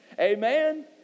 Amen